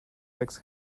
wächst